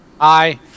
Hi